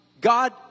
God